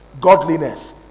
godliness